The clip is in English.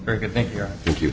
very good think you